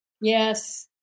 Yes